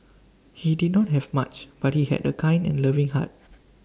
he did not have much but he had A kind and loving heart